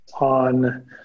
on